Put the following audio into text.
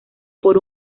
por